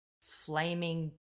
flaming